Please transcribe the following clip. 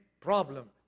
problem